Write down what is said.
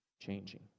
changing